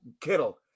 Kittle